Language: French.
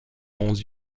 dans